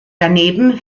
daneben